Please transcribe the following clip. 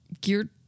geared